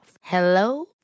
Hello